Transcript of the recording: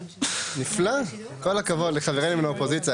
נפלא, כל הכבוד לחברינו מהאופוזיציה.